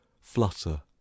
flutter